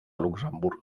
luxemburg